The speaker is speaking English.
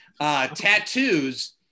tattoos